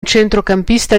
centrocampista